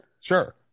Sure